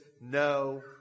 no